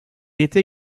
était